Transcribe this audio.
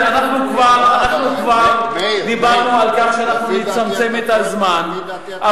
אנחנו כבר הסכמנו לצמצם את הזמן להצגת ההסתייגויות לחוק,